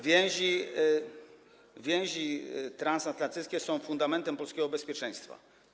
Więzi transatlantyckie są fundamentem polskiego bezpieczeństwa.